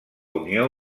unió